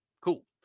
cool